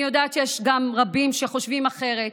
אני יודעת שיש גם רבים שחושבים אחרת,